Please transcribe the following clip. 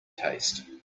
taste